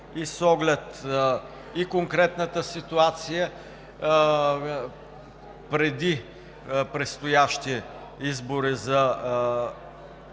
с оглед и конкретната ситуация, преди предстоящи избори за